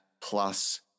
plus